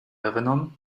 erinnern